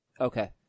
Okay